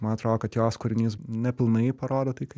man atrodo kad jos kūrinys nepilnai parodo tai ką